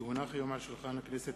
כי הונחו היום על שולחן הכנסת,